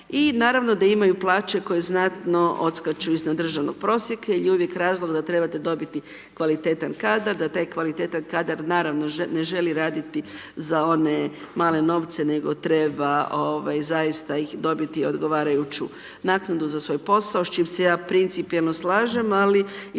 i naravno da imaju plaće koje znatno odskaču iznad državnog prosjeka jer je uvijek razlog da trebate dobiti kvalitetan kadar, da taj kvalitetan kadar naravno ne želi raditi za one male novce, nego treba, ovaj, zaista ih dobiti i odgovarajuću naknadu za svoj posao, s čim se ja principijelno slažem, ali iza